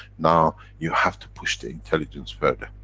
now you have to push the intelligence further.